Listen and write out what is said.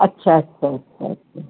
اچھا اچھا اچھا اچھا